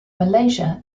malaysia